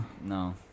No